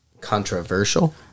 Controversial